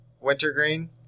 Wintergreen